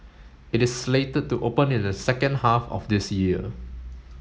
it is slated to open in the second half of this year